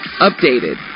updated